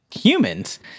humans